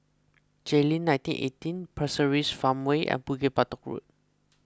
Jayleen nineteen eighteen Pasir Ris Farmway and Bukit Batok Road